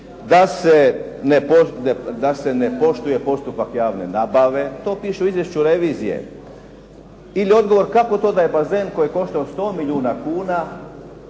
da se ne poštuje postupak javne nabave. To piše u izvješću revizije. Ili odgovor kako to da je bazen koji je koštao 100 milijuna kuna